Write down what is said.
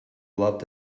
loved